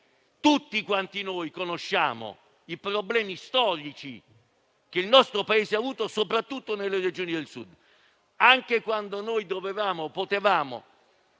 Tutti noi conosciamo i problemi storici che il nostro Paese ha avuto, soprattutto nelle Regioni del Sud; anche quando potevamo attivare